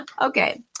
Okay